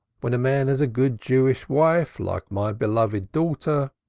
when a man has a good jewish wife like my beloved daughter,